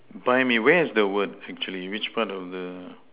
blimey where's the word actually which part of the